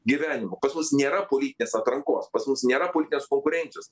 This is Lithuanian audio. gyvenimą pas mus nėra politinės atrankos pas mus nėra politinės konkurencijos